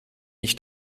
ich